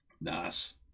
Nice